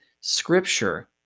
scripture